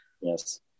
Yes